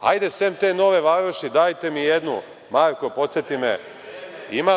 Hajde, sem te Nove Varoši, dajte mi jednu, Marko, podseti me, ima